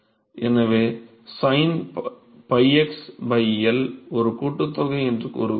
எனவே sin 𝞹x L ஒரு கூட்டுத்தொகை என்று கூறுகிறோம்